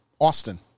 Austin